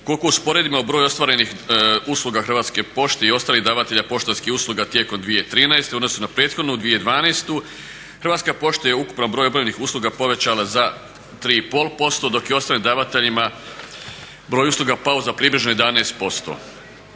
Ukoliko usporedimo broj ostvarenih usluga Hrvatske pošte i ostalih davatelja poštanskih usluga tijekom 2013.u odnosu na prethodnu 2012. Hrvatska pošta je u ukupnom broju obavljenih usluga povećala za 3,5% dok je ostalim davateljima broj usluga pao za približno 11%.